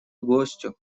гостю